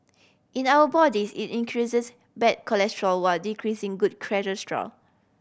in our bodies it increases bad cholesterol while decreasing good cholesterol